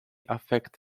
affect